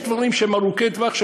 יש דברים ארוכי טווח,